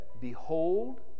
Behold